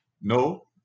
No